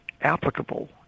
applicable